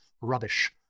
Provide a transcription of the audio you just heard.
rubbish